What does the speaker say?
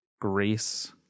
Grace